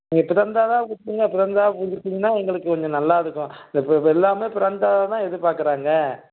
நீங்கள் ப்ராண்டடாக கொடுத்திங்கன்னா ப்ராண்டடாக குடுத்துட்டிங்கன்னா எங்களுக்கு கொஞ்சம் நல்லா இருக்கும் இந்த இப்போ இப்போ எல்லாமே ப்ராண்டடாக தான் எதிர்பார்க்குறாங்க